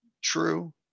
true